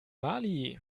mali